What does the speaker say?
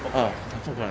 orh import 过来